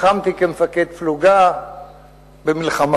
לחמתי כמפקד פלוגה במלחמה,